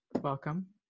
welcome